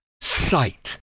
sight